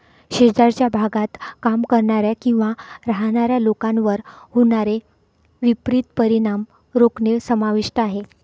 शेजारच्या भागात काम करणाऱ्या किंवा राहणाऱ्या लोकांवर होणारे विपरीत परिणाम रोखणे समाविष्ट आहे